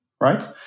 right